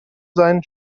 sein